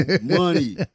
money